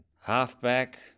halfback